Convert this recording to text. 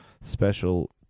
special